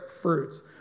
fruits